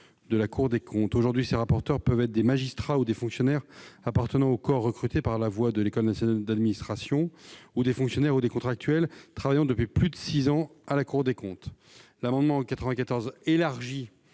de la Cour des comptes. Aujourd'hui, ces rapporteurs peuvent être des magistrats ou des fonctionnaires appartenant aux corps recrutés par la voie de l'ÉNA ou des fonctionnaires ou des contractuels travaillant depuis plus de six ans à la Cour des comptes. Pour les auteurs